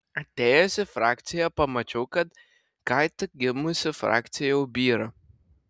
atėjęs į frakciją pamačiau kad ką tik gimusi frakcija jau byra